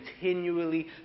continually